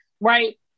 right